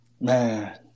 man